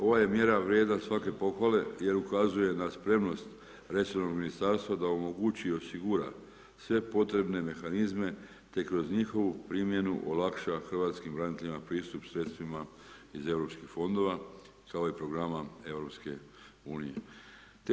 Ova je mjera vrijedna svake pohvale jer ukazuje na spremnosti resornog ministarstva da omogući i osigura sve potrebne mehanizme te kod njihovu primjenu olakša Hrvatskim braniteljima pristup sredstvima iz Europskim fondovima kao i programa Europske unije.